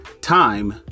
time